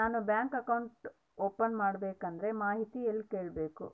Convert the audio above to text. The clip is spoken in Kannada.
ನಾನು ಬ್ಯಾಂಕ್ ಅಕೌಂಟ್ ಓಪನ್ ಮಾಡಬೇಕಂದ್ರ ಮಾಹಿತಿ ಎಲ್ಲಿ ಕೇಳಬೇಕು?